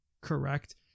correct